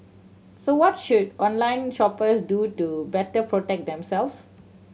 so what should online shoppers do to better protect themselves